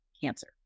cancer